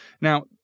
now